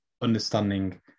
understanding